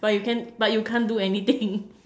but you can but you can't do anything